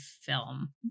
film